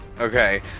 Okay